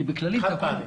כי בכללית